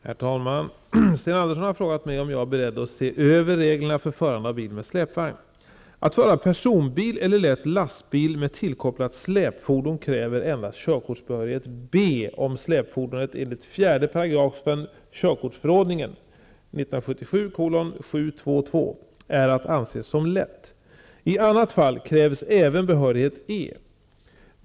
Herr talman! Sten Andersson har frågat mig om jag är beredd att se över reglerna om förande av bil med släpvagn. Att föra personbil eller lätt lastbil med tillkopplat släpfordon kräver endast körkortsbehörigheten B är att anse som lätt. I annat fall krävs även behörigheten E.